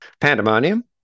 pandemonium